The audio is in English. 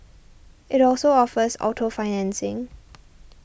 it also offers auto financing